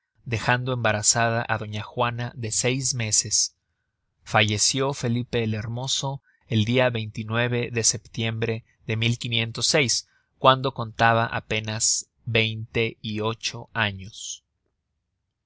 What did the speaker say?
dejando embarazada á doña juana de seis meses falleció felipe el hermoso el dia de setiembre de cuando contaba apenas veinte y ocho años